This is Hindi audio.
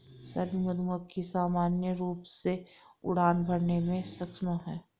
श्रमिक मधुमक्खी सामान्य रूप से उड़ान भरने में सक्षम हैं